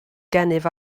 gennyf